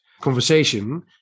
conversation